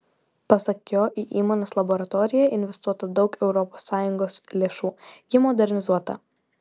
pasak jo į įmonės laboratoriją investuota daug europos sąjungos lėšų ji modernizuota